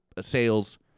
sales